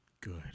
Good